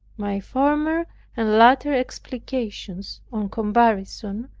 my former and latter explications, on comparison,